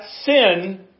sin